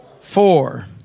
Four